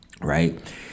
right